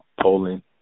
Poland